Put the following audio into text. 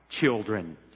children